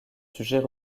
sujets